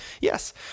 Yes